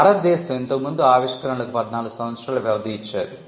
భారతదేశం ఇంతకుముందు ఆవిష్కరణలకు 14 సంవత్సరాల వ్యవధి ఇచ్చేది